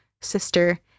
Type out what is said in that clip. sister